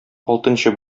алтынчы